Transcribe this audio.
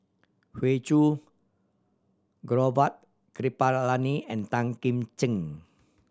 Hoey Choo Gaurav Kripalani and Tan Kim Ching